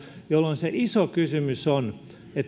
jolloin se iso kysymys on